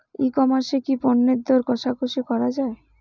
ই commerce এ কি পণ্যের দর কশাকশি করা য়ায়?